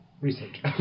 Research